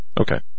Okay